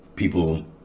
people